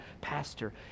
pastor